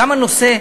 גם הנושא,